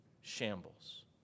shambles